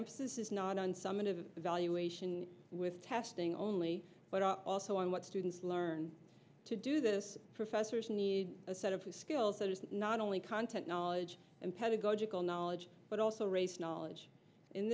emphasis is not on some one of evaluation with testing only but also on what students learn to do this professors need a set of skills that are not only content knowledge and pedagogical knowledge but also race knowledge